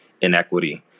inequity